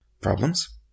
Problems